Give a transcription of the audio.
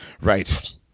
right